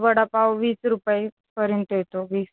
वडापाव वीस रुपयेपर्यंत येतो वीस